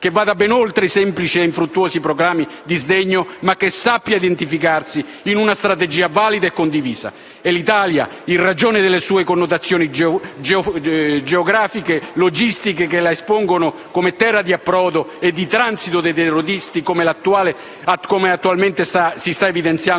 che vada ben oltre i semplici ed infruttuosi proclami di sdegno ma che sappia identificarsi in una strategia valida e condivisa. L'Italia, in ragione delle sue connotazioni geografico-logistiche che la espongono come terra di approdo e di transito dei terroristi - come l'attualità sta evidenziando